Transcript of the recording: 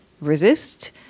resist